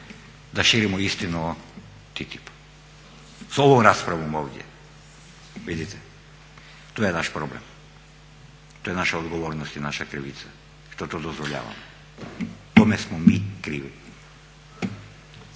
da širimo istinu o TTIP-u s ovom raspravom ovdje. Vidite to je naš problem, to je naša odgovornost i naša krivica što to dozvoljavamo tome smo mi krivi.